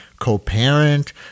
co-parent